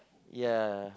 ya